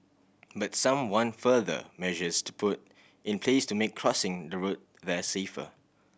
but some want further measures to put in place to make crossing the road there safer